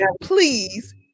please